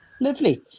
Lovely